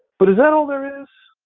but is that all there is?